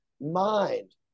mind